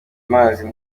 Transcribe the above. mazi